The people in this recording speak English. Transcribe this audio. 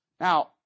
Now